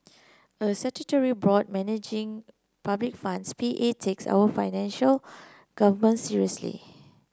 a statutory board managing public funds P A takes our financial government's seriously